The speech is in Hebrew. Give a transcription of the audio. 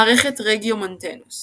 מערכת רגיומונטנוס